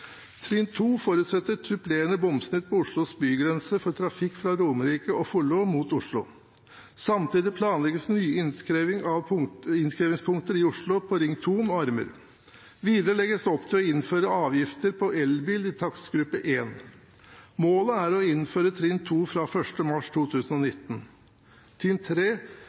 Trinn 2 forutsetter supplerende bomsnitt på Oslos bygrense for trafikk fra Romerike og Follo mot Oslo. Samtidig planlegges nye innkrevingspunkter i Oslo på Ring 2 med armer. Videre legges det opp til å innføre avgift for elbiler i takstgruppe 1. Målet er å innføre trinn 2 fra 1. mars 2019.